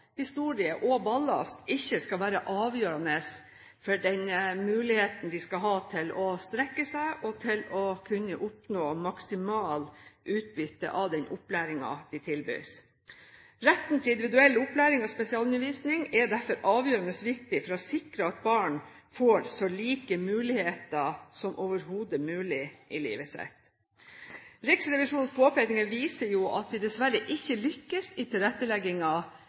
historie og ballast ikke skal være avgjørende for den muligheten de skal ha til å strekke seg og til å kunne oppnå maksimalt utbytte av den opplæringen de tilbys. Retten til individuell opplæring og spesialundervisning er derfor avgjørende viktig for å sikre at barn får så like muligheter som overhodet mulig i livet sitt. Riksrevisjonens påpekninger viser at vi dessverre ikke har lyktes i